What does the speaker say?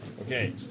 Okay